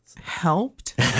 helped